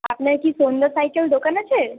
আপনার কি পণ্য সাইকেল দোকান আছে